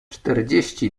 czterdzieści